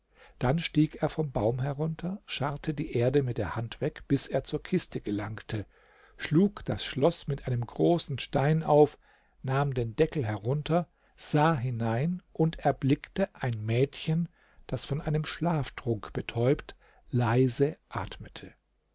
dann stieg er vom baum herunter scharrte die erde mit der hand weg bis er zur kiste gelangte schlug das schloß mit einem großen stein auf nahm den deckel herunter sah hinein und erblickte ein mädchen das von einem schlaftrunk betäubt leise atmete